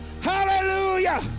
Hallelujah